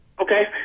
Okay